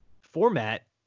format